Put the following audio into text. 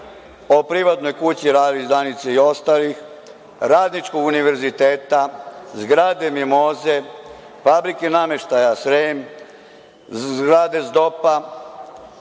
o privatnoj kući Rajović Danice i ostalih, radničkog univerziteta, zgrade „Mimoze“, Fabrike nameštaja „Srem“, zgrade ZDOPA